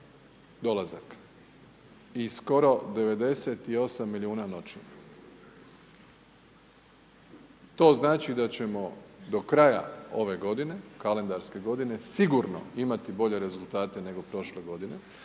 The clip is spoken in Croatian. dolazaka i skoro 98 milijuna noćenja. To znači da ćemo do kraja ove godine, kalendarske godine, sigurno imati bolje rezultate nego prošle godine.